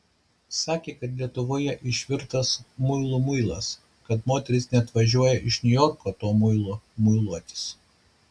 sakė kad lietuvoje išvirtas muilų muilas kad moterys net važiuoja iš niujorko tuo muilu muiluotis